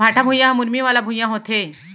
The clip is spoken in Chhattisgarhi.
भाठा भुइयां ह मुरमी वाला भुइयां होथे